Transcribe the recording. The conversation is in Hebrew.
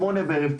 שמונה בערב,